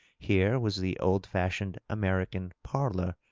here was the old-fashioned american parlor,